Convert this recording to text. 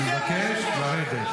אני מבקש לסיים.